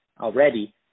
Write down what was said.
already